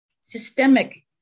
systemic